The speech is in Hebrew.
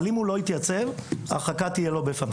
אבל אם הוא לא יתייצב ההרחקה תהיה לא בפניו.